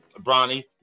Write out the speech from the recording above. Bronny